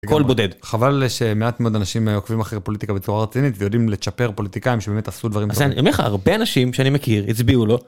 קול בודד...חבל שמעט מאוד אנשים עוקבים אחרי פוליטיקה בצורה רצינית ויודעים לצ'פר פוליטיקאים שבאמת עשו דברים טובים. אני אומר לך, הרבה אנשים שאני מכיר הצביעו לו